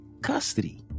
custody